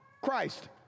Christ